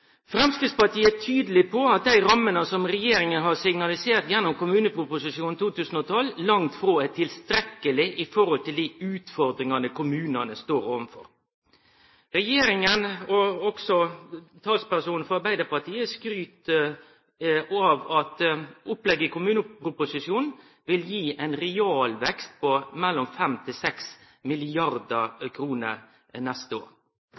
Framstegspartiet er tydeleg på at dei rammene som Regjeringa har signalisert gjennom kommuneproposisjonen for 2012, langt frå er tilstrekkeleg i forhold til dei utfordringane kommunane står overfor. Regjeringa og talspersonen frå Arbeidarpartiet skryter av at opplegget i kommuneproposisjonen vil gi ein realvekst på mellom 5 og 6 mrd. kr neste år.